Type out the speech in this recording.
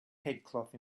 headcloth